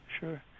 sure